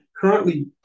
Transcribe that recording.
currently